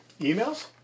emails